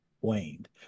waned